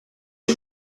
est